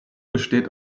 besteht